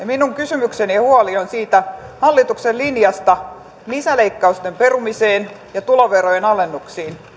minun kysymykseni ja huoli on siitä hallituksen linjasta lisäleikkausten perumisessa ja tuloverojen alennuksissa